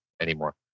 anymore